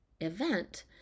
event